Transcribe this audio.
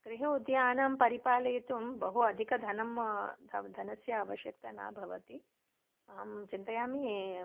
गृहोद्यानं परिपालयितुं बहु अधिकधनं द धनस्य आवश्यकता न भवति अहं चिन्तयामि